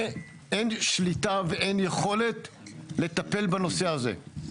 ואין שליטה ואין יכולת לטפל בנושא הזה.